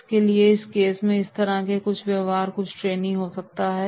इसलिए इस केस में इस तरह का व्यवहार कुछ ट्रेनी का हो सकता है